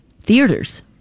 theaters